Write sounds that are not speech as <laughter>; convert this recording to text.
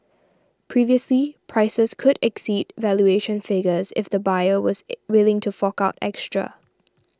previously prices could exceed valuation figures if the buyer was <hesitation> willing to fork out extra